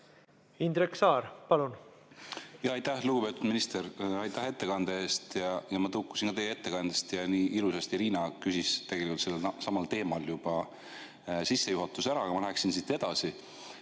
Indrek Saar, palun!